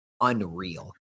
unreal